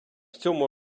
цьому